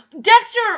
Dexter